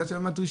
זו היום הדרישה.